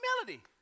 humility